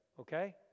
Okay